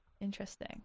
interesting